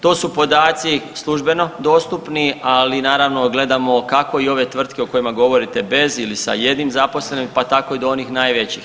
To su podaci službeno dostupni, ali naravno gledamo kako i ove tvrtke o kojima govorite bez ili sa jednim zaposlenim pa tako i do onih najvećih.